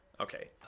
Okay